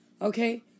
Okay